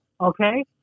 okay